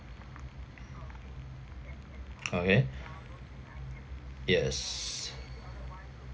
okay yes